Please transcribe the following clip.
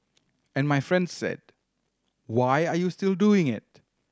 and my friend said Why are you still doing it